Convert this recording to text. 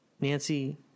Nancy